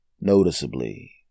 Noticeably